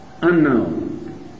unknown